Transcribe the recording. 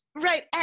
Right